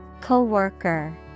Co-worker